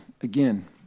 again